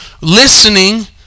listening